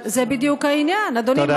אבל זה בדיוק העניין, אדוני.